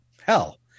hell